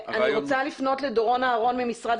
אני רוצה לפנות לדורון אהרון ממשרד